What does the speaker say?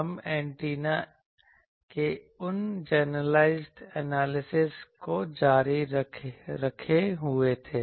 हम एंटेना के उस जनरलाइज्ड एनालिसिस को जारी रखे हुए थे